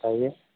बताइए